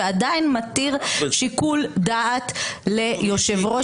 שעדיין מתיר שיקול דעת ליושב-ראש.